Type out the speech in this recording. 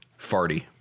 Farty